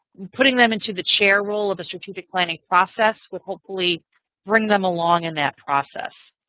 putting them into the chair role of the strategic planning process will hopefully bring them along in that process.